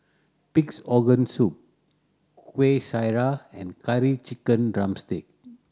Pig's Organ Soup Kuih Syara and Curry Chicken drumstick